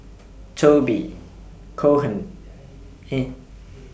Toby Cohen